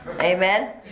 Amen